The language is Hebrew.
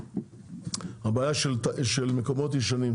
הבעיה של מקומות ישנים,